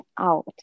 out